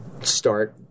start